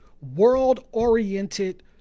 world-oriented